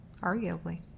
arguably